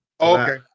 okay